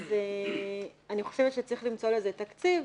אז אני חושבת שצריך למצוא לזה תקציב.